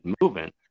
moving